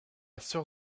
sœur